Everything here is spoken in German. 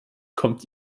kommt